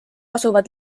asuvad